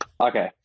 Okay